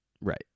Right